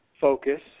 focus